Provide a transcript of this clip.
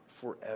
forever